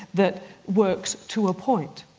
that works to a point.